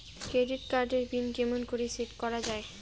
Credit card এর PIN কেমন করি সেট করা য়ায়?